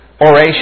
oration